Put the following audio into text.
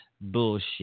Bullshit